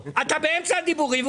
זה הדברים האלה